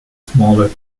smaller